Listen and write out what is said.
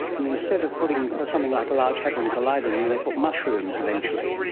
and instead of putting something like a large hadron collider in they've put mushrooms eventually.